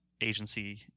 agency